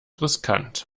riskant